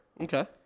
Okay